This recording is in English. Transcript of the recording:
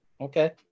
Okay